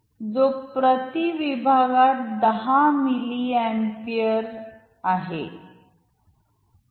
जो प्रति विभागात 10 मिली अपीयर आहे